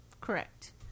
Correct